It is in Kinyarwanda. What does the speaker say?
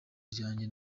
ryanjye